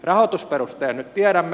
rahoitusperusteen nyt tiedämme